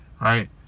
right